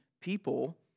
people